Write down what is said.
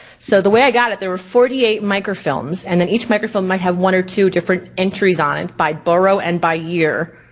so the way i got it, there were forty eight microfilms and then each microfilm might have one or two different entries on it by burrow and by year.